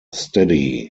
steady